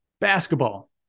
basketball